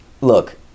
Look